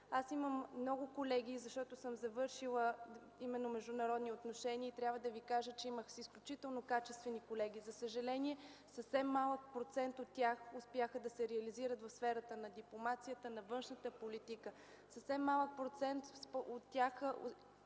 Аз имам много колеги, защото съм завършила именно „Международни отношения” и трябва да ви кажа, че имах изключително качествени колеги. За съжаление съвсем малък процент от тях успяха да се реализират в сферата на дипломацията, на външната политика.